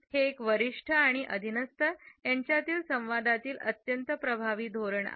हे एक वरिष्ठ आणि अधीनस्थ यांच्यातील संवादातील अत्यंत प्रभावी धोरण आहे